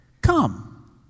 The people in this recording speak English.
Come